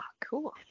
cool